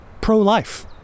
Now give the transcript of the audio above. pro-life